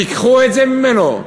תיקחו את זה ממנו?